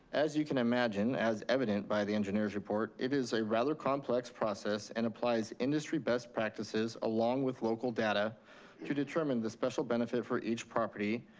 as you can imagine, as evident by the engineer's report, it is a rather complex process, and applies industry best practices along with local data to determine the special benefit for each property,